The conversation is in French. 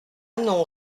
non